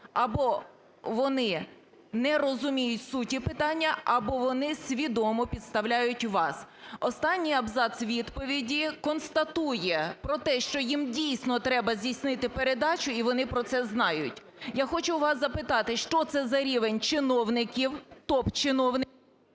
або вони не розуміють суті питання, або вони свідомо підставляють вас. Останній абзац відповіді констатує про те, що їм, дійсно, треба здійснити передачу, і вони про це знають. Я хочу у вас запитати, що це за рівень чиновників, топ-чиновників…